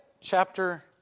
chapter